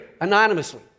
anonymously